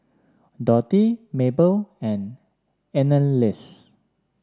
Dorthy Mable and Anneliese